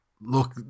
Look